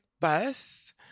bus